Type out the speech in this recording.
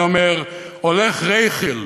היה אומר: הולך רייכיל,